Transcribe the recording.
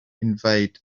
invade